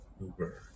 Uber